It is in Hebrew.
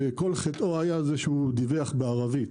שכל חטאו היה שהוא דיווח בערבית.